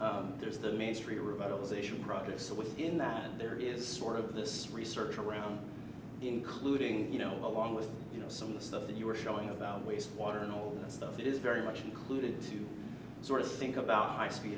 but there's the main street revitalization project so within that there is sort of this research around including you know along with you know some of the stuff that you were showing about waste water and all the stuff that is very much included to sort of think about a high speed